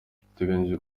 biteganyijwe